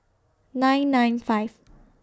nine nine five